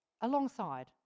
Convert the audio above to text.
alongside